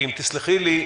כי אם תסלחי לי,